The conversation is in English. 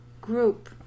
group